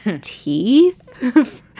teeth